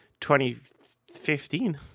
2015